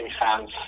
fans